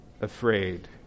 afraid